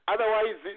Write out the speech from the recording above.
Otherwise